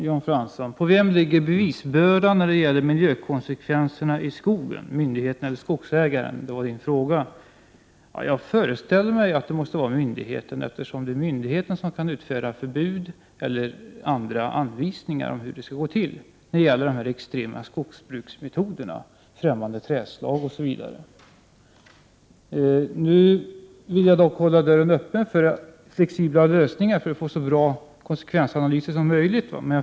Herr talman! På vem ligger bevisbördan när det gäller miljökonsekvenserna i skogen — myndigheten eller skogsägaren, frågade Jan Fransson. Jag föreställer mig att det måste vara myndigheten, eftersom det är myndigheten som kan utfärda förbud eller anvisningar om hur det skall gå till när det gäller de extrema skogsbruksmetoderna, främmande trädslag, osv. Jag vill dock hålla dörren öppen för flexibla lösningar för att få till stånd så bra konsekvensanalyser som möjligt.